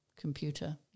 computer